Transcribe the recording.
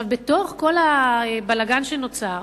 בתוך כל הבלגן שנוצר,